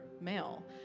male